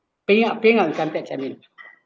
pay up paying our income tax I mean